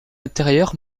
intérieur